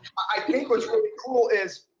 i think what's really cool is